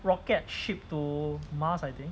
rocket ship to mars I think